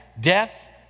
Death